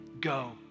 Go